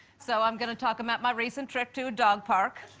so i'm gonna talk about my recent trip to a dog park.